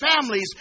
families